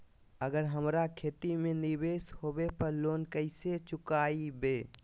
अगर हमरा खेती में निवेस होवे पर लोन कैसे चुकाइबे?